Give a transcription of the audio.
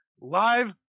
live